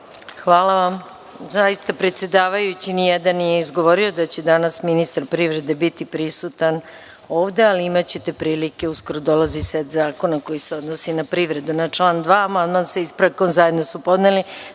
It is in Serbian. Hvala. Zaista nijedan predsedavajući nije izgovorio da će danas ministar privrede biti prisutan ovde, ali imaćete prilike, uskoro dolazi set zakona koji se odnosi na privredu. Na član 2. amandman sa ispravkom zajedno su podneli